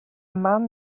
man